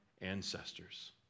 ancestors